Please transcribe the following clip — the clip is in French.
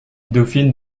dauphine